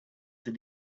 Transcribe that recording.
that